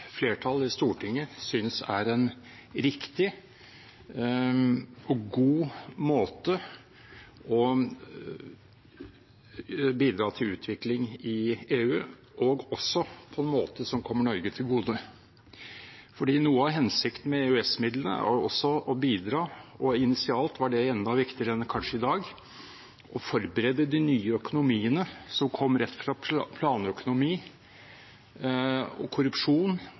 i Stortinget synes er en riktig og god måte å bidra til utvikling i EU på, og også en måte som kommer Norge til gode. Noe av hensikten med EØS-midlene er også å bidra til – initialt var det kanskje enda viktigere enn i dag – å forberede de nye økonomiene som kom rett fra planøkonomi, korrupsjon og